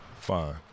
Fine